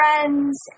friends